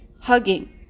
Hugging